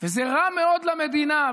וזה רע מאוד למדינה,